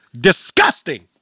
Disgusting